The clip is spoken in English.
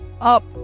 up